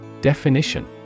Definition